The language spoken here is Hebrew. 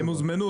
הם הוזמנו.